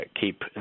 keep